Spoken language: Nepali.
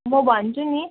म भन्छु नि